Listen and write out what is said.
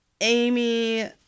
Amy